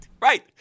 right